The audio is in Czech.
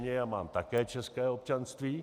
Já mám také české občanství.